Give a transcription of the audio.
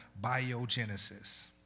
biogenesis